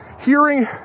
hearing